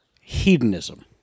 Hedonism